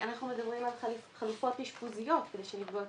אנחנו מדברים על חלופות אשפוזיות כדי שנפגעות